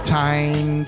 time